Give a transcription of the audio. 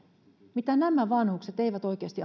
mitä nämä vanhukset eivät oikeasti